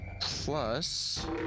Plus